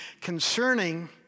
concerning